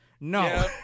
No